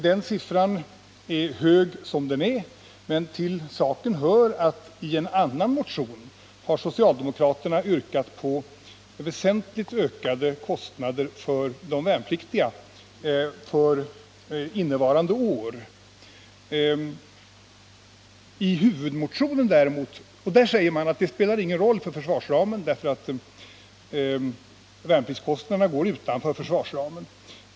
Den siffran är hög som den är, men till saken hör att i en annan motion har socialdemokraterna yrkat på väsentligt ökade kostnader för de värnpliktiga för innevarande år. Där säger man att det inte spelar någon roll för försvarsramen, därför att värnpliktskostnaderna går utanför försvarsramen.